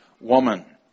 woman